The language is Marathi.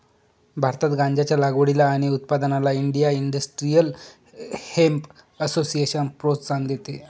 भारतात गांज्याच्या लागवडीला आणि उत्पादनाला इंडिया इंडस्ट्रियल हेम्प असोसिएशन प्रोत्साहन देते